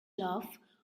love